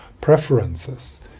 preferences